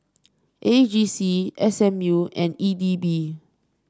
A G C S M U and E D B